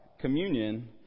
communion